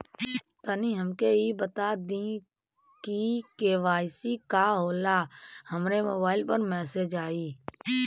तनि हमके इ बता दीं की के.वाइ.सी का होला हमरे मोबाइल पर मैसेज आई?